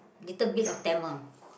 little bit of Tamil